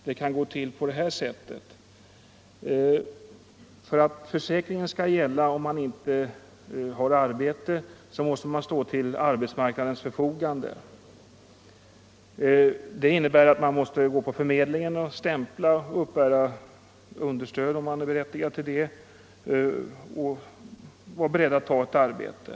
Vidare tycker jag det är groteskt, att om försäkringen skall gälla när man inte har arbete, så måste man stå till arbetsmarknadens förfogande, vilket innebär att man måste gå till arbetsförmedlingen och stämpla — och uppbära understöd om man är berättigad till det — och hela tiden vara beredd att ta erbjudet arbete.